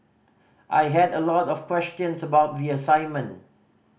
I had a lot of questions about the assignment